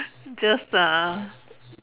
just uh